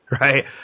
right